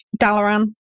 Dalaran